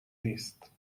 نیست